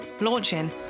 launching